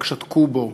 רק שתקו בו,